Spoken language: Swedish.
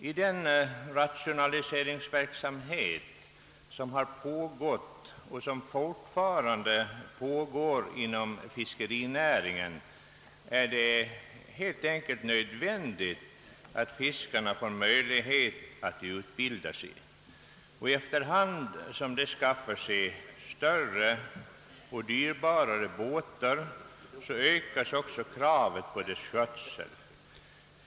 I den rationalisering som har pågått och som fortfarande pågår inom fiskerinäringen är det helt enkelt nödvändigt att fiskarna får möjlighet att utbilda sig. Efter hand som de skaffar sig större och dyrbarare båtar ökas också kraven på dessas skötsel.